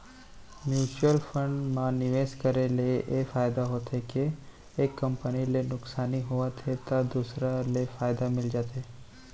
mutual fund म निवेस करे ले ए फायदा होथे के एक कंपनी ले नुकसानी होवत हे त दूसर ले फायदा मिल जाथे